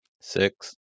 Six